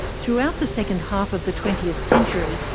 throughout the second half of the twentieth century,